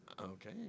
Okay